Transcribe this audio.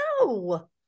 no